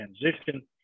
transition